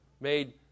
made